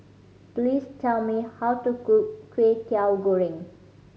please tell me how to cook Kway Teow Goreng